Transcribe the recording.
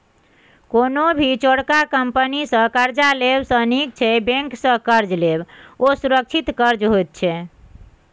कोनो भी चोरका कंपनी सँ कर्जा लेब सँ नीक छै बैंक सँ कर्ज लेब, ओ सुरक्षित कर्ज होइत छै